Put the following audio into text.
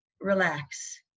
relax